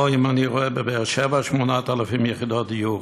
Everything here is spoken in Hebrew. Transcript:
אם אני רואה בבאר-שבע 8,000 יחידות דיור,